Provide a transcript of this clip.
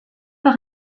par